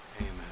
Amen